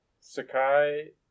Sakai